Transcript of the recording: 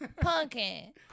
Pumpkin